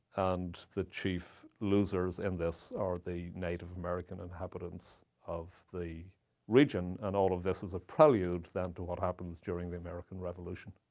and the chief losers in this are the native american inhabitants of the region. and all of this is a prelude, then, to what happens during the american revolution.